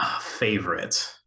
Favorite